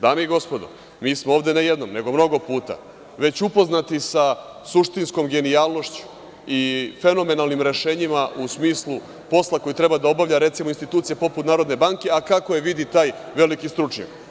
Dame i gospodo, mi smo ovde ne jednom, nego mnogo puta, već upoznati sa suštinskom genijalnošću i fenomenalnim rešenjima u smislu posla koji treba da obavlja, recimo, institucija poput Narodne banke, a kako je vidi taj, veliki stručnjak.